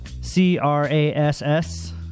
C-R-A-S-S